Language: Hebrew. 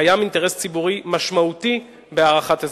קיים אינטרס ציבורי משמעותי בהארכת הזיכיון."